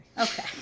Okay